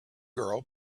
girl